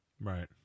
Right